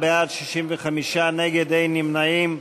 65 נגד, אין נמנעים.